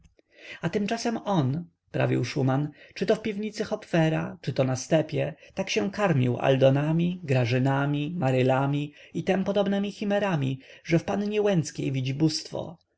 a tymczasem on prawił szuman czy to w piwnicy hopfera czy to na stepie tak się karmił aldonami grażynami marylami i tym podobnemi chimerami że w pannie łęckiej widzi bóstwo